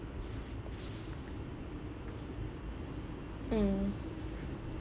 mm